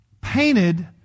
painted